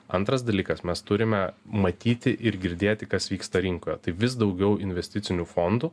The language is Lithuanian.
antras dalykas mes turime matyti ir girdėti kas vyksta rinkoje tai vis daugiau investicinių fondų